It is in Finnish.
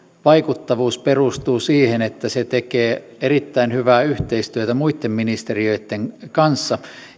vaikuttavuus perustuu siihen että se tekee erittäin hyvää yhteistyötä muitten ministeriöitten kanssa